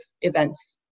events